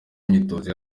imyitozo